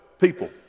people